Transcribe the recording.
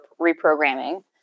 reprogramming